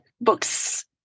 Books